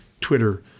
Twitter